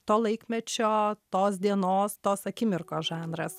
to laikmečio tos dienos tos akimirkos žanras